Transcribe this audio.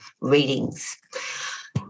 Readings